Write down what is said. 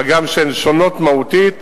אף שהן שונות מהותית,